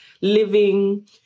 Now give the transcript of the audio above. living